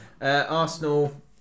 Arsenal